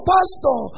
Pastor